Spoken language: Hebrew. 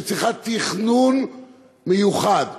והיא צריכה תכנון מיוחד,